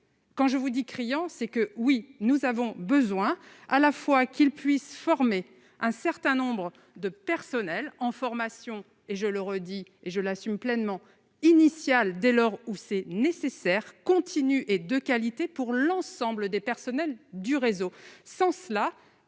quand je vous dis, criant c'est que oui, nous avons besoin à la fois qu'il puisse former un certain nombre de personnels en formation et je le redis et je l'assume pleinement initial dès lors où c'est nécessaire continue et de qualité pour l'ensemble des personnels du réseau, sans cela,